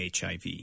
HIV